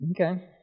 Okay